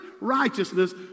righteousness